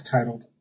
titled